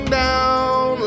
down